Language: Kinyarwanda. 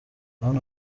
anne